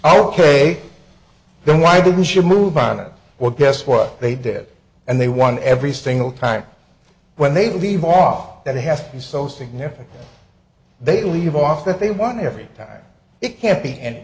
ok then why didn't she move on it well guess what they did and they won every single time when they leave off that has to be so significant they leave off that they won every time it can't be and